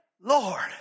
Lord